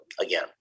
again